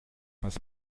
was